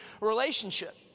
relationship